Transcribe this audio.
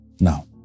Now